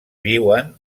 viuen